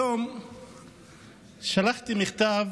היום שלחתי מכתב